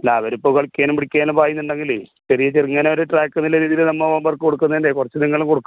അല്ല അവരിപ്പോൾ കളിക്കാനും പിടിക്കാനും പായുന്നുണ്ടെങ്കിൽ ചെറിയ ചെറുങ്ങനെ ഒരു ട്രാക്കെന്ന് ഉള്ള രീതിയിൽ നമ്മൾ ഹോം വർക്ക് കൊടുക്കുന്നതിൻ്റെ കുറച്ച് നിങ്ങൾ കൊടുക്കണം